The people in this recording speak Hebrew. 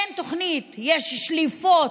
אין תוכנית, יש שליפות,